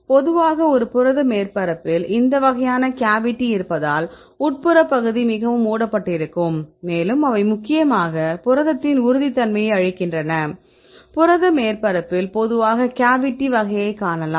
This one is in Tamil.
பொதுவாக ஒரு புரத மேற்பரப்பில் இந்த வகையான கேவிட்டி இருப்பதால் உட்புற பகுதி மிகவும் மூடப்பட்டிருக்கும் மேலும் அவை முக்கியமாக புரதத்தின் உறுதித்தன்மையை அளிக்கின்றன புரத மேற்பரப்பில் பொதுவாக கேவிட்டி வகையை காணலாம்